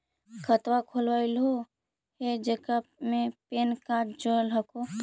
खातवा खोलवैलहो हे जेकरा मे पैन कार्ड जोड़ल हको?